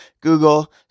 Google